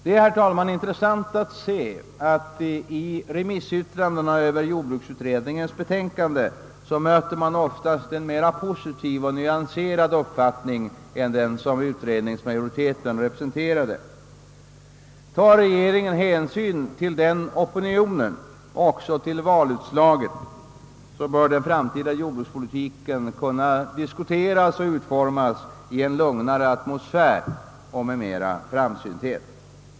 Det är, herr talman, intressant att se att man i remissyttrandena över jord bruksutredningens betänkande oftast möter en mera positiv och nyanserad uppfattning om den framtida jordbrukspolitiken än vad utredningens majoritet representerade. Tar regeringen hänsyn till denna opinion liksom till valutslaget bör den framtida jordbrukspolitiken kunna diskuteras och utformas i en lugnare atmosfär och med större framsynthet.